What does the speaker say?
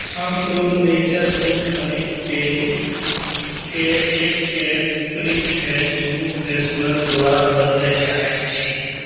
हम pro nature मूँगफलीक तेल के एक can spring fest room freshener द्वारा बदलय चाहैत छी